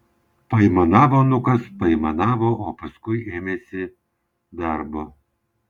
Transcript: paaimanavo nukas paaimanavo o paskui ėmėsi darbo